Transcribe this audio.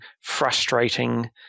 frustrating